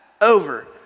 over